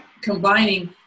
combining